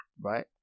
right